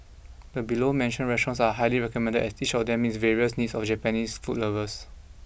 the below mentioned restaurants are highly recommended as each of them meets various needs of Japanese food lovers